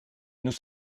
nous